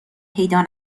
پیدا